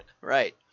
right